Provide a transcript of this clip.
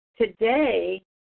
Today